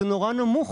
זה נורא נמוך.